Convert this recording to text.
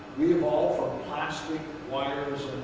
we evolved from plastic wires